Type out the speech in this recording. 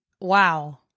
Wow